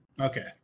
Okay